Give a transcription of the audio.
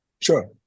Sure